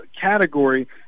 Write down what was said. category